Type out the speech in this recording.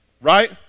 right